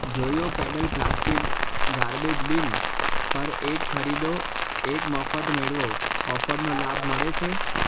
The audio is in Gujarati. જોયો પેડલ પ્લાસ્ટિક ગાર્બેજ બિન પર એક ખરીદો એક મફત મેળવો ઓફરનો લાભ મળે છે